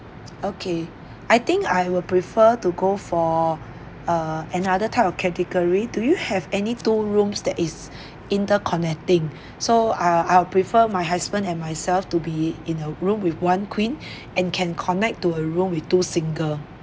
okay I think I will prefer to go for err another type of category do you have any two rooms that is interconnecting so I'll I'll prefer my husband and myself to be in a room with one queen and can connect to a room with two single